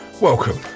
Welcome